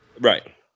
Right